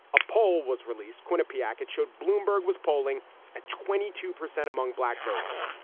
a poll was released quinnipiac. it showed bloomberg was polling at twenty two percent among black voters,